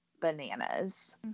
Bananas